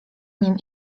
nim